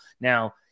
Now